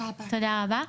תודה רבה.